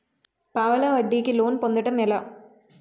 పావలా వడ్డీ కి లోన్ పొందటం ఎలా?